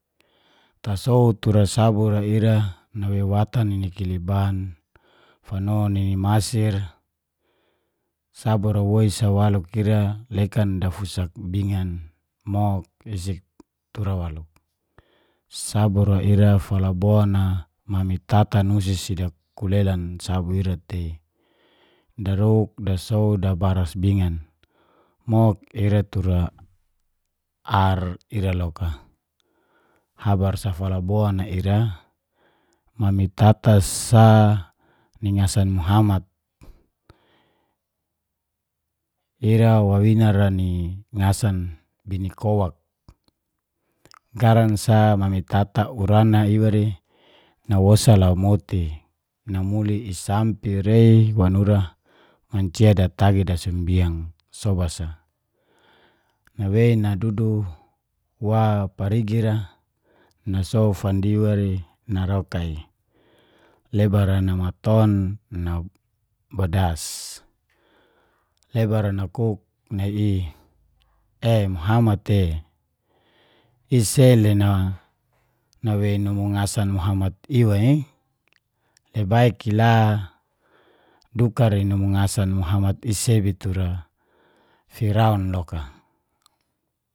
Tasow tura sabur ra ira, nawei watan nina kiliban, fano nini masir, sabur ra woisa waluk ira lekan dafusak bingan, mug isik tura waluk. Sabur ra ira falabon a mami tata nusi si dakulelan sabur ira tei, daruk dasow dabaras bingan. Mug ira tura ar ira loka, habar sa falabon sa ira. Mami tata sa, ni ngasan muhammad. Ira wawina ra ni ngasan bini koak, garan sa mami tata urana iwa ri nawosa lau moti, namuli sampe rei wanura mancia datagi sumbiang sobas a, nawei nadudu wa parigi ra nasow fandiwa ri naroka i lebar a maton nabadas. Lebar ra nakuk nai i"e muhammad e, i sei le nawei numu ngasan muhammad iwa i? Lebai kila dukar numu ngasan muhammad i sebi tura firaun loka"